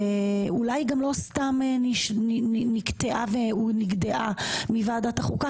אולי גם לא סתם היא נקטעה או נגדעה מוועדת החוקה,